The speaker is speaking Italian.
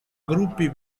gruppi